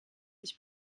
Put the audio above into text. sich